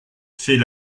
fait